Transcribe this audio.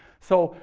so,